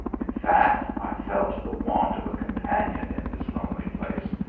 in fact, i felt the want of a companion in this lonely place,